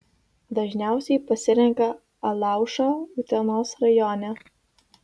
dažniausiai pasirenka alaušą utenos rajone